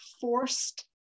forced